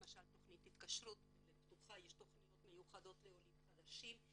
למשל תכנית התקשרות "דלת פתוחה"; יש תכניות מיוחדות לעולים חדשים.